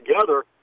together